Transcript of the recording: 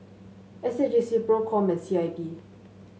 S A J C Procom and C I B